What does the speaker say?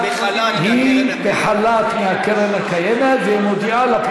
ביקשו ממני להודיע.